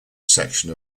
section